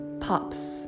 pops